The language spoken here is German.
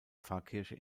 pfarrkirche